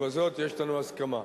בזאת יש לנו הסכמה.